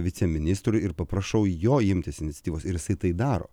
viceministrui ir paprašau jo imtis iniciatyvos ir jisai tai daro